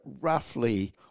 roughly